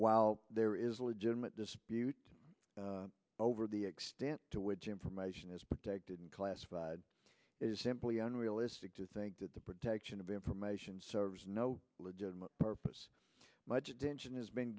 while there is a legitimate dispute over the extent to which information is protected and classified is simply unrealistic to think that the protection of information serves no legitimate purpose much attention has be